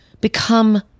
become